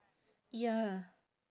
ya